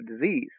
disease